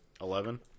Eleven